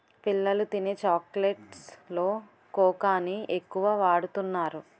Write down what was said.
పిల్లలు తినే చాక్లెట్స్ లో కోకాని ఎక్కువ వాడుతున్నారు